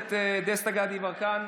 הכנסת דסטה גדי יברקן,